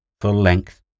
Full-length